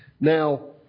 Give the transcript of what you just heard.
now